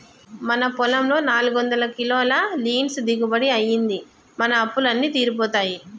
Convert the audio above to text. మన పొలంలో నాలుగొందల కిలోల లీన్స్ దిగుబడి అయ్యింది, మన అప్పులు అన్నీ తీరిపోతాయి